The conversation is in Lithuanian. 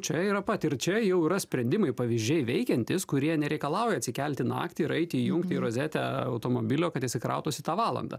čia yra pat ir čia jau yra sprendimai pavyzdžiai veikiantys kurie nereikalauja atsikelti naktį ir eiti įjungti į rozetę automobilio kad jisai krautųsi tą valandą